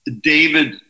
David